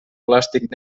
plàstic